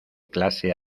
clase